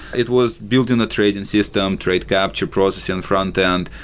it was building a trading system, trade capture, processing frontend,